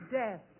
death